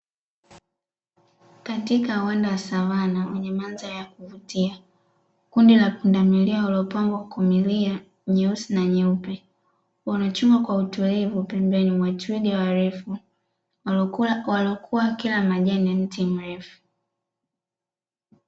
Katika uwanda wa savana, wenye mandhari ya kuvutia kundi la pundamila waliopangwa kwa milia nyeusi na nyeupe wanachuma kwa utulivu pembeni mwa twiga warefu, waliokuwa wakila kila majani ya mti mrefu.